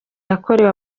yakorewe